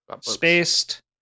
Spaced